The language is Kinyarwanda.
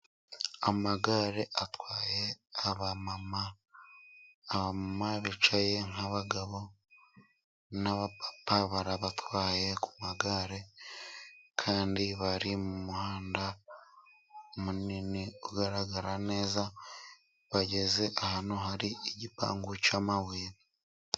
Amagare atwaye abamama, abamama bicaye nk'abagabo, n'abapapa barabatwaye ku magare, kandi bari mu muhanda munini ugaragara neza, bageze ahantu hari igipangu cy'amabuye.